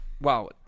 wow